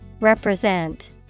Represent